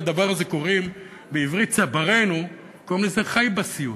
לדבר הזה קוראים בעברית צברינו "חי בסיוט",